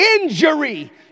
injury